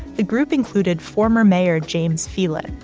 the group included former mayor james phelan,